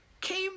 came